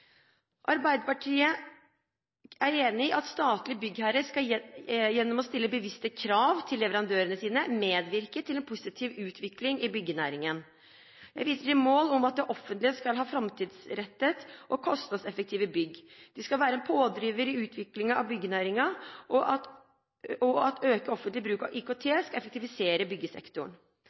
Arbeiderpartiet er enig i at statlige byggherrer gjennom å stille bevisste krav til leverandørene sine skal medvirke til en positiv utvikling i byggenæringen. Jeg viser til målene om at det offentlige skal ha framtidsrettede og kostnadseffektive bygg, det offentlige skal være en pådriver i utviklingen av byggenæringen, og økt offentlig bruk av IKT skal effektivisere byggesektoren.